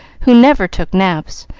who never took naps,